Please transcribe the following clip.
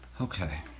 okay